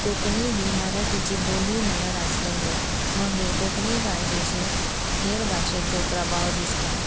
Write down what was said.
कोंकणी ही मराठीची बोली म्हणत आसलेले मगे कोंकणी भाशेचेर हेर भाशेचो प्रभाव दिसता